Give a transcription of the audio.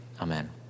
Amen